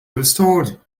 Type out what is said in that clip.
restored